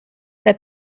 that